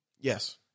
Yes